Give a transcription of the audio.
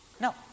no